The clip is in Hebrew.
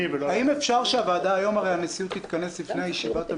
ולא --- הרי היום הנשיאות מתכנסת לפני ישיבת המליאה,